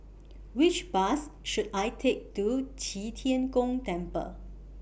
Which Bus should I Take to Qi Tian Gong Temple